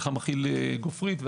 שמכיל גפרית,